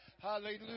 Hallelujah